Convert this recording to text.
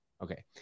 okay